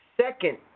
second